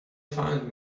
find